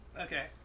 okay